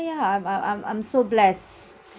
yeah I'm I'm I'm I'm so blessed